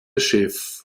schiff